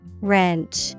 Wrench